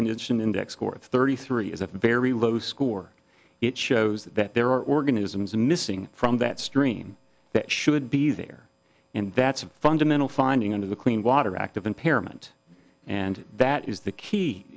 condition index score of thirty three is a very low score it shows that there are organisms missing from that stream that should be there and that's a fundamental finding under the clean water act of impairment and that is the key